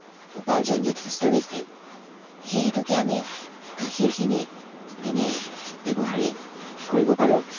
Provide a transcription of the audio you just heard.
উপাৰ্জন যথেষ্ট বেছি সেই হেতুকে আমি গাখীৰখিনি তেনে ব্যৱহাৰেই কৰিব পাৰোঁ